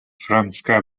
franska